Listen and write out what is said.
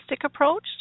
approach